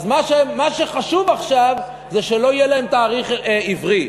אז מה שחשוב עכשיו זה שלא יהיה להם תאריך עברי.